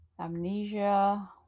Amnesia